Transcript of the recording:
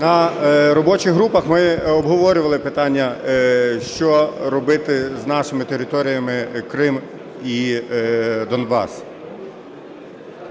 На робочих групах ми обговорювали питання, що робити з нашими територіями Крим і Донбас.